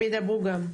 הם ידברו גם,